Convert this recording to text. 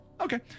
Okay